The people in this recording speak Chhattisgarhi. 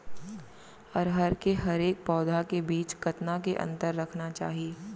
अरहर के हरेक पौधा के बीच कतना के अंतर रखना चाही?